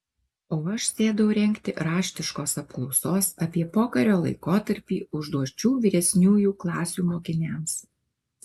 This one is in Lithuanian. o aš sėdau rengti raštiškos apklausos apie pokario laikotarpį užduočių vyresniųjų klasių mokiniams